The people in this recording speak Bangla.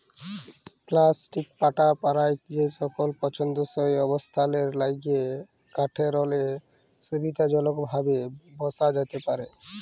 পেলাস্টিক পাটা পারায় যেকল পসন্দসই অবস্থালের ল্যাইগে কাঠেরলে সুবিধাজলকভাবে বসা যাতে পারহে